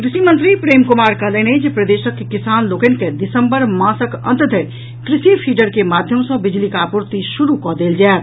कृषि मंत्री प्रेम कुमार कहलनि अछि जे प्रदेशक किसान लोकनि के दिसंबर मासक अंत धरि कृषि फीडर के माध्यम सॅ बिजलीक आपूर्ति शुरू कऽ देल जायत